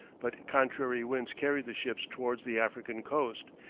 but contrary winds carried the ships towards the african coast,